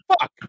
fuck